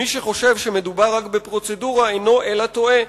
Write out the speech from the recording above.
מי שחושב שמדובר רק בפרוצדורה, אינו אלא טועה.